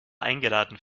eingeladen